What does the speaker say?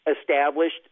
established